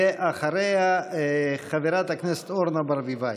ואחריה, חברת הכנסת אורנה ברביבאי.